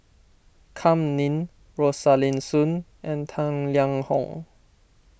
Kam Ning Rosaline Soon and Tang Liang Hong